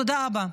תודה רבה.